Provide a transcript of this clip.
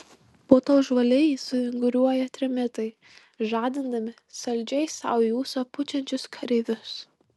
po to žvaliai suvinguriuoja trimitai žadindami saldžiai sau į ūsą pučiančius kareivius